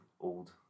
old